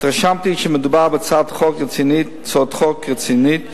התרשמתי שמדובר בהצעת חוק רצינית ושקולה,